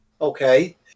okay